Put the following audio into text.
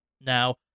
now